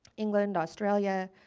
england, australia